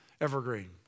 Evergreen